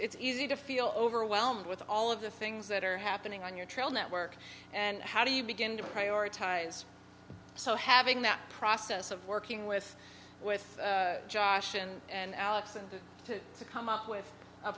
it's easy to feel overwhelmed with all of the things that are happening on your trail network and how do you begin to prioritize so having that process of working with with josh and alex and to come up with